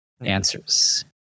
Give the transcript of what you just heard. answers